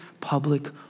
public